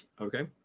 Okay